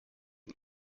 and